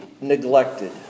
neglected